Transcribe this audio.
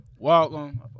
Welcome